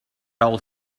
old